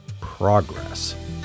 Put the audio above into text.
Progress